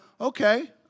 okay